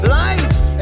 life